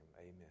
amen